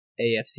AFC